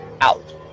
out